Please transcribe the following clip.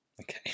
Okay